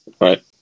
Right